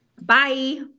Bye